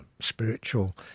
spiritual